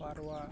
ᱯᱟᱨᱣᱟ